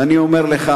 ואני אומר לך